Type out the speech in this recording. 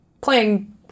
playing